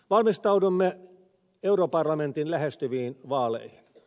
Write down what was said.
valmistaudumme europarlamentin lähestyviin vaaleihin